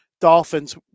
dolphins